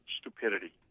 stupidity